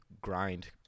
grind –